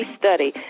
study